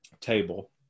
table